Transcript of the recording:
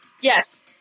Yes